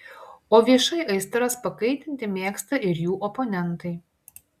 o viešai aistras pakaitinti mėgsta ir jų oponentai